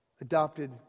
Adopted